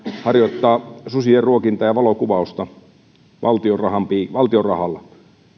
harjoittaa susien ruokintaa ja valokuvausta valtion rahalla